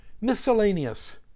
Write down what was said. Miscellaneous